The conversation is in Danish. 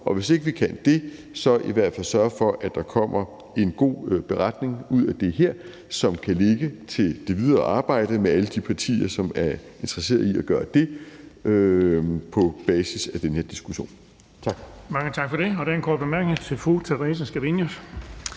og hvis ikke vi kan det så i hvert fald sørge for, at der kommer en god beretning ud af det her, som kan ligge til det videre arbejde med alle de partier, som er interesseret i at gøre det på basis af den her diskussion. Tak. Kl. 14:42 Den fg. formand (Erling Bonnesen):